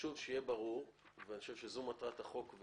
שיהיה ברור - אני חושב שזו מטרת החוק,